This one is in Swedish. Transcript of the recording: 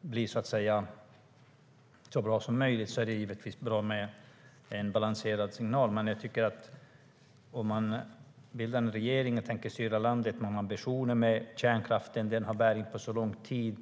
vara att det är bra med en balanserad signal. Om man bildar en regering och tänker styra landet har man ambitioner med kärnkraften. Den har bäring för så lång tid.